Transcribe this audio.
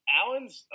Allen's